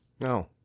No